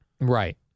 Right